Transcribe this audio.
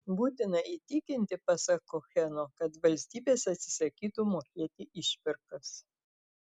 būtina įtikinti pasak koheno kad valstybės atsisakytų mokėti išpirkas